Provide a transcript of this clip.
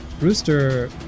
rooster